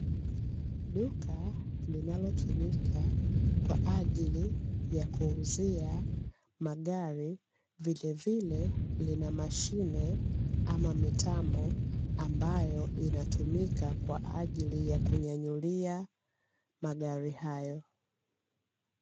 Duka linalotumika kwa ajili ya kuuzia magari vilevile lina mashine ama mitambo ambayo inatumika kwa ajili ya kunyanyulia magari hayo.